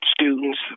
students